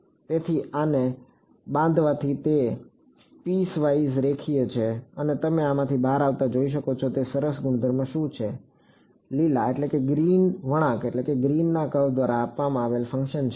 તેથી આને બાંધવાથી તે પીસવાઈઝ રેખીય છે અને તમે આમાંથી બહાર આવતા જોઈ શકો છો તે સરસ ગુણધર્મ શું છે લીલા વળાંક દ્વારા આપવામાં આવેલ ફંકશન છે